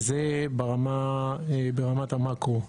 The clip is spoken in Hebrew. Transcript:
זה ברמת המאקרו.